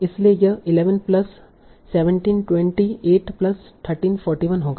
इसलिए यह 11 plus 17 20 8 plus 13 41 होगा